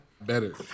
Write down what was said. better